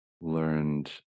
learned